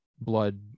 blood